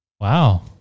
Wow